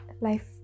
life